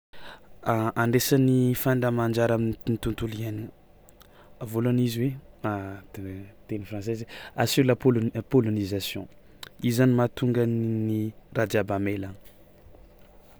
Andraisan' ny fandrama anjara amin'ny tontontolo iainagna: voalaohany izy hoe teny français zay aseo la poloni- a polonisation izy zany mahatonga nyy raha jiaby hamailagna.